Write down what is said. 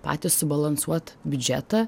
patys subalansuot biudžetą